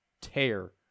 tear